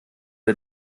der